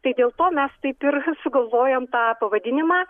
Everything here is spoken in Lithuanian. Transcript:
tai dėl to mes taip ir sugalvojom tą pavadinimą